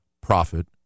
profit